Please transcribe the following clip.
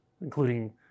including